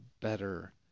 better